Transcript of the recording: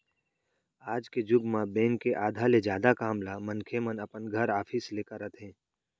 आज के जुग म बेंक के आधा ले जादा काम ल मनखे मन अपन घर, ऑफिस ले करत हे